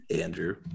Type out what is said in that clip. Andrew